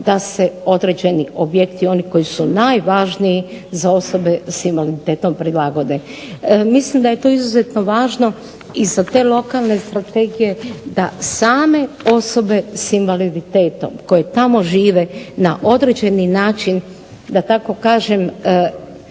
da se određeni objekti oni koji su najvažniji za osobe s invaliditetom prilagode. Mislim da je to izuzetno važno i sa te lokalne strategije da same osobe s invaliditetom koje tamo žive na određeni način da tako kažem